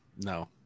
no